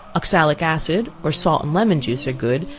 oxalic acid, or salt and lemon juice are good,